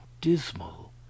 dismal